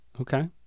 Okay